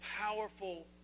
powerful